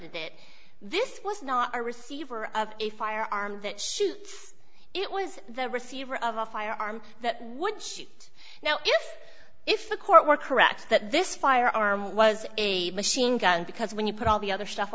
it this was not a receiver of a firearm that shoots it was the receiver of a firearm that would shoot now if the court were correct that this firearm was a machine gun because when you put all the other stuff